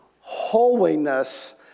holiness